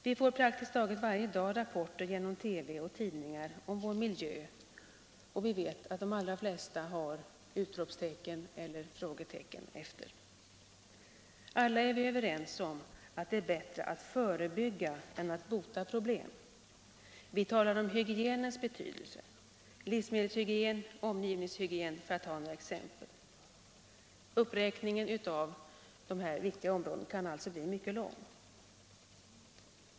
Vi får praktiskt taget varje dag rapporter genom TV och tidningar om vår miljö, de allra flesta med utropstecken eller frågetecken efter. Alla är vi överens om att det är bättre att förebygga problem än att bota dem. Vi talar om hygienens betydelse — livsmedelshygien och omgivningshygien är ett par exempel. Uppräkningen kan bli mycket lång.